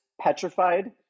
petrified